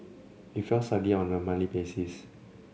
it fell slightly on a monthly basis